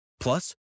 Plus